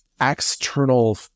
external